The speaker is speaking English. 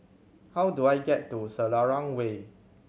how do I get to Selarang Way